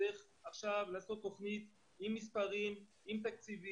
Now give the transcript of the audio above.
צריך לעשות עכשיו תוכנית עם מספרים ותקציבים,